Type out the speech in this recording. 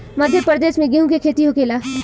मध्यप्रदेश में गेहू के खेती होखेला